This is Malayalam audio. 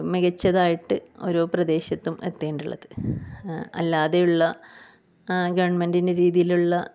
മികച്ചതായിട്ട് ഓരോ പ്രദേശത്തും എത്തേണ്ടുള്ളത് അല്ലാതെയുള്ള ഗവർമെൻറ്റിൻ്റെ രീതിയിലുള്ള